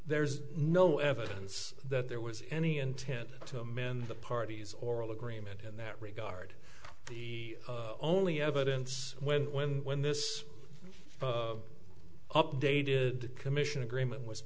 there's no evidence that there was any intent to amend the party's oral agreement in that regard the only evidence when when when this updated commission agreement was